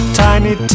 tiny